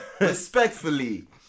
Respectfully